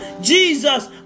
Jesus